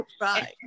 right